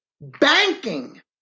banking